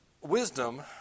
wisdom